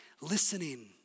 listening